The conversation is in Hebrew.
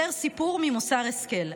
יותר סיפור ממוסר השכל,